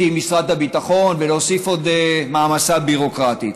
עם משרד הביטחון ולהוסיף עוד מעמסה ביורוקרטית,